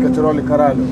keturioliką ralių